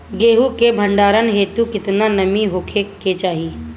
गेहूं के भंडारन हेतू कितना नमी होखे के चाहि?